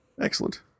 Excellent